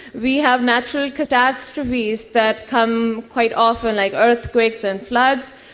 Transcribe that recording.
we have natural catastrophes that come quite often, like earthquakes and floods.